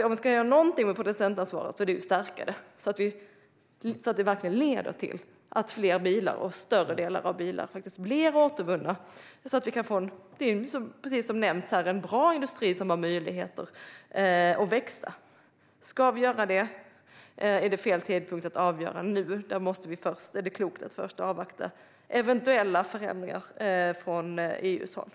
Om vi ska göra någonting med producentansvaret är det att stärka det så att det verkligen leder till att fler bilar och större delar av bilar blir återvunna. Det är, precis som nämnts här, en bra industri som har möjligheter att växa. Men nu är fel tidpunkt att avgöra om vi ska göra det. Det är klokt att först invänta eventuella förändringar från EU:s håll.